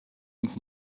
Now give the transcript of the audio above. und